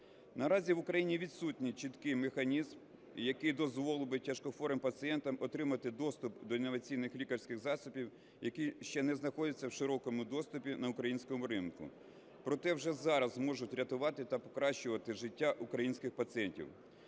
Наразі в Україні відсутній чіткий механізм, який дозволив би тяжкохворим пацієнтам отримати доступ до інноваційних лікарських засобів, який ще не знаходиться в широкому доступі на українському ринку, проте вже зараз можуть рятувати та покращувати життя українських пацієнтів.